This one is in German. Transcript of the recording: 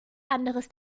anderes